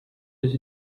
des